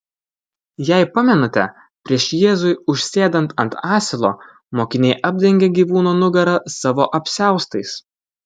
jei pamenate prieš jėzui užsėdant ant asilo mokiniai apdengia gyvūno nugarą savo apsiaustais